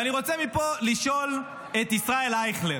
ואני רוצה לשאול מפה את ישראל אייכלר: